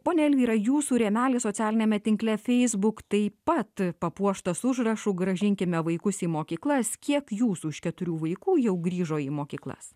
ponia elvyra jūsų rėmelis socialiniame tinkle facebook taip pat papuoštas užrašu grąžinkime vaikus į mokyklas kiek jūsų iš keturių vaikų jau grįžo į mokyklas